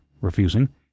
refusing